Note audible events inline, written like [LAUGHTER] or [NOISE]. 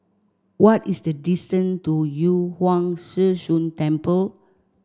what is the [UNINTELLIGIBLE] to Yu Huang Zhi Zun Temple